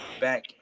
back